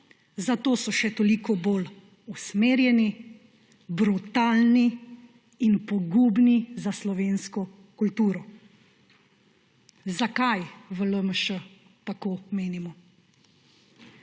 zato so še toliko bolj usmerjeni, brutalni in pogubni za slovensko kulturo. Zakaj v LMŠ tako menimo?